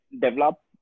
develop